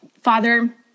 Father